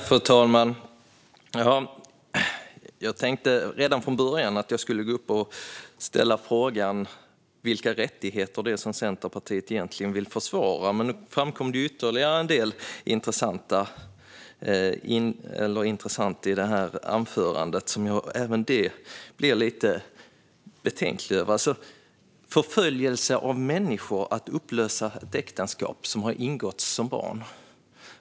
Fru talman! Jag tänkte redan från början att jag skulle begära replik och ställa frågan vilka rättigheter det är som Centerpartiet egentligen vill försvara. Nu framkom det ytterligare en del intressant i anförandet som jag blev lite betänksam över. Hur kan man tycka att det är förföljelse av människor att upplösa ett äktenskap som har ingåtts av barn?